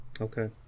Okay